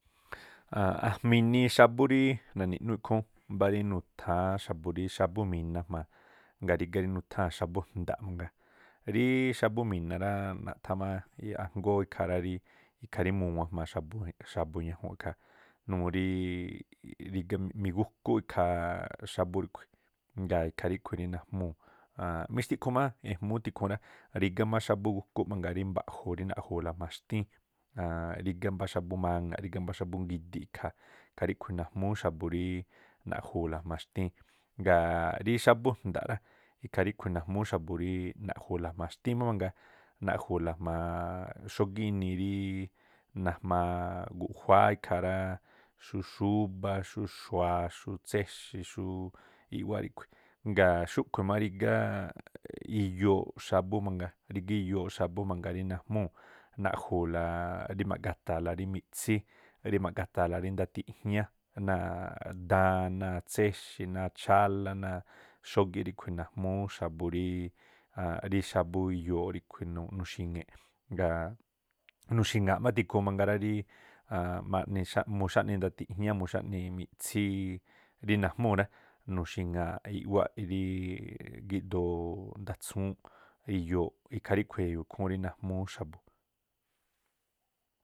ajma̱ inii xábú rí na̱ni̱ꞌnúúꞌ ikhúún. Mbá rí nutháán xa̱bu̱ rí xábú mi̱na̱ꞌ jmaa, ngaa̱ rígá rí nutháa̱n xábú jnda̱ꞌ mangaa. Ríí xábú mi̱na̱ ráá, naꞌthá má rí ajngóó ikhaa rá rí ikhaa rí muwan jma̱a xa̱bu̱ ñajuunꞌ ikhaa numuu rííꞌ migúkúꞌ ikhaa xábú ríꞌkhui̱, ngaa̱ ikhaa ríꞌkhui̱ rí najmúu̱. Mixtiꞌkhu má ejmúú tikhuu rá, rígá má xábú gúkú rí mba̱ꞌju̱ rí naꞌju̱u̱la jma̱a xtíín rígá mbá xábú mana̱ꞌ, rígá mbá ngidiꞌ ikhaa ríꞌkhui̱ najmúú xa̱bu̱ rí naꞌju̱u̱la jma̱a xtíin. Ngaa̱ rí xábú jnda̱ꞌ rá, ikhaa ríꞌkhu̱ najmúú xa̱bu̱ rí naꞌju̱u̱la jma̱a xtíin má mangaa, naꞌju̱u̱la jma̱a xógíꞌ inii rí najmaa guꞌjuáá ikhaa rá xú xúbá, xú xu̱a, xú tséxi̱, xú i̱ꞌwáꞌ ríꞌkhui̱, ngaa̱ xúꞌkhu̱ má rigá iyooꞌ xábú mangaa, rigá iyooꞌ xábú mangaa rí najmúu̱ rí ma̱ꞌgata̱a̱la rí miꞌtsí, rí ma̱ꞌgata̱a̱la rí ndatiꞌjñá náa̱ daan, náa̱ tséxi̱, náa̱ chálá náa̱ xógíꞌ ríꞌkhui̱ najmúú x̱a̱bu̱ rí xábú iyooꞌ ríꞌkhui̱ nixi̱ŋi̱ꞌ, ngaa̱ nuxi̱ŋa̱aꞌ má tikhuun mangaa rí mú xáꞌni ndatiꞌjñá, mú xáꞌni miꞌtsíí rí najmúu̱ rá, nuxi̱ŋaa̱ꞌ i̱ꞌwáꞌ rí gíꞌdoo ndatsúúnꞌ iyooꞌ. Ikhaa ríꞌkhui̱ e̱yo̱o̱ ikhúún rí najmúú xa̱bu̱.